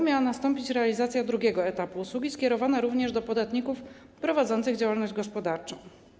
W tym roku miała nastąpić realizacja drugiego etapu usługi, skierowana również do podatników prowadzących działalność gospodarczą.